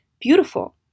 beautiful